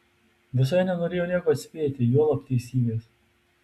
visai nenorėjo nieko atspėti juolab teisybės